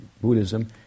Buddhism